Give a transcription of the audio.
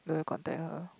where got tell